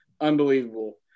Unbelievable